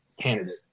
candidate